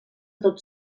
tot